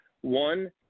One